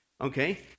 okay